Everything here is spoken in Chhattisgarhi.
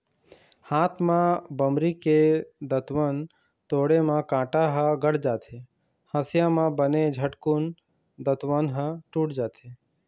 हाथ म बमरी के दतवन तोड़े म कांटा ह गड़ जाथे, हँसिया म बने झटकून दतवन ह टूट जाथे